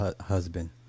husband